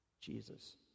Jesus